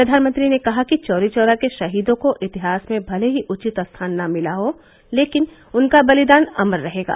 प्रधानमंत्री ने कहा कि चौरी चौरा के शहीदों को इतिहास में भले ही उचित स्थान न मिला हो लेकिन उनका बलिदान अमर रहेगा